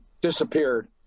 disappeared